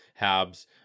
Habs